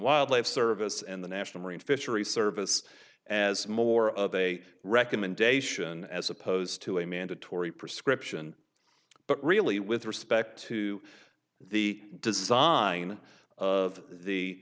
wildlife service and the national marine fisheries service as more of a recommendation as opposed to a mandatory prescription but really with respect to the design of the